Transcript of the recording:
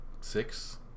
six